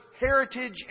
heritage